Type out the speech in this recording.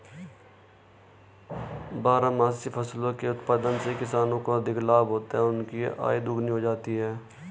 बारहमासी फसलों के उत्पादन से किसानों को अधिक लाभ होता है और उनकी आय दोगुनी हो जाती है